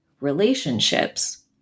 relationships